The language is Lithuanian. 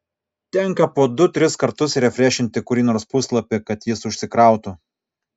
tenka po du tris kartus refrešinti kurį nors puslapį kad jis užsikrautų